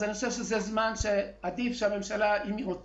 ולכן זה זמן טוב ללוות